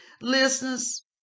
Listeners